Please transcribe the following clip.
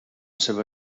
seva